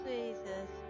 Jesus